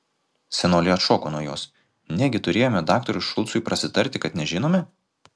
senolė atšoko nuo jos negi turėjome daktarui šulcui prasitarti kad nežinome